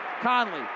Conley